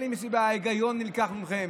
ההיגיון נלקח מכם.